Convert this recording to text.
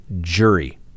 jury